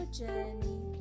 journey